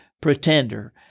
pretender